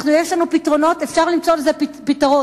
יש לנו פתרונות ואפשר למצוא לזה פתרון.